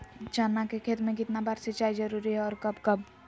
चना के खेत में कितना बार सिंचाई जरुरी है और कब कब?